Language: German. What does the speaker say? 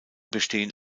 bestehen